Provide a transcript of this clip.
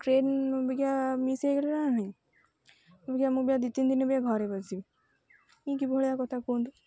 train ଅବିକା miss ହେଇଗଲା ନା ନାହିଁ ଅବିକା ମୁଁ ଏବେ ଦୁଇ ତିନି ଦିନ୍ ବି ଘରେ ବସିବି ଇଏ କିଭଳିଆ କଥା କୁହନ୍ତୁ